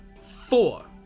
four